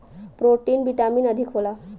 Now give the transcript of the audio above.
protein vitamin अधिक होला